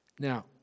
Now